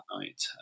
night